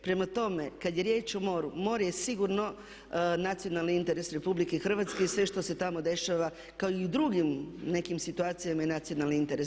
Prema tome, kad je riječ o moru, more je sigurno nacionalni interes RH i sve što se tamo dešava kao i u drugim nekim situacijama je nacionalni interes.